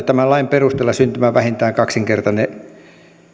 tämän lain perusteella syntyvä vähintään kaksinkertainen